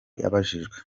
abajijwe